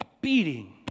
beating